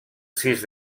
sis